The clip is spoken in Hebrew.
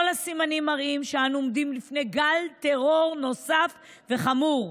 כל הסימנים מראים שאנו עומדים בפני גל טרור נוסף וחמור.